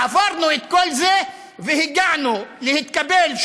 עברנו את כל זה והגענו להתקבל,